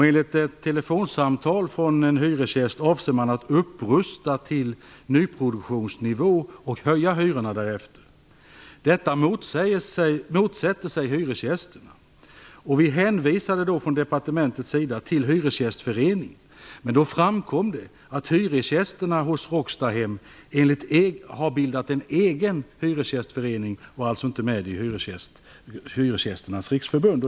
Enligt ett telefonsamtal från en hyresgäst avser man att upprusta till nyproduktionsnivå och höja hyrorna därefter. Detta motsätter sig hyresgästerna. Vi hänvisade till hyresgästföreningen. Hyresgästerna hos Råckstahem har dock bildat en egen hyresgästförening och är alltså inte med i Hyresgästernas Riksförbund.